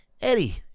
Eddie